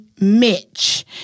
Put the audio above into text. Mitch